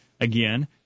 again